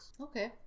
Okay